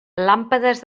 làmpades